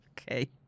Okay